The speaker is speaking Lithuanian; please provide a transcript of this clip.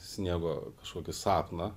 sniego kažkokį sapną